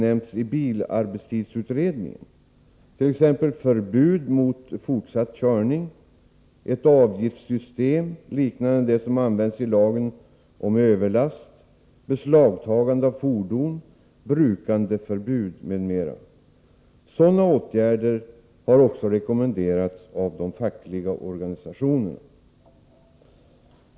nämnts i bilarbetstidsutredningens betänkande, t.ex. förbud mot fortsatt körning, ett avgiftssystem liknande det som används i lagen om överlast, beslagtagande av fordon, brukandeförbud m.m. Sådana åtgärder har också rekommenderats av de fackliga organisationerna.